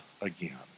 again